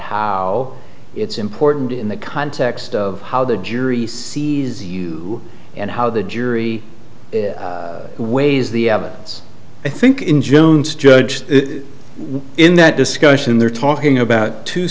how it's important in the context of how the jury sees you and how the jury weighs the evidence i think in jones judge in that discussion they're talking about two